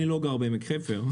אני לא גר בעמק חפר.